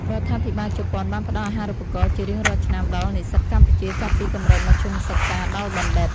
រដ្ឋាភិបាលជប៉ុនបានផ្តល់អាហារូបករណ៍ជារៀងរាល់ឆ្នាំដល់និស្សិតកម្ពុជាចាប់ពីកម្រិតមធ្យមសិក្សាដល់បណ្ឌិត។